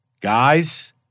guys